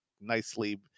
nicely